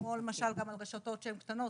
כמו למשל על רשתות קטנות,